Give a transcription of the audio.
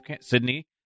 Sydney